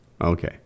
Okay